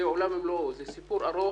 זה עולם ומלואו, זה סיפור ארוך,